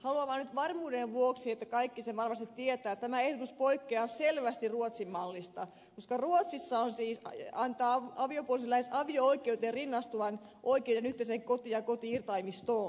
haluan nyt vaan varmuuden vuoksi sanoa että kaikki sen varmasti tietävät että tämä ehdotus poikkeaa selvästi ruotsin mallista koska ruotsissa siis annetaan avopuolisoille lähes avio oikeuteen rinnastuva oikeus yhteiseen kotiin ja koti irtaimistoon